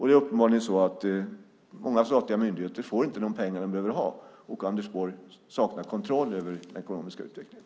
Det är uppenbarligen så att många statliga myndigheter inte får de pengar som de behöver ha och att Anders Borg saknar kontroll över den ekonomiska utvecklingen.